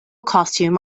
costume